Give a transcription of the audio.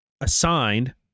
assigned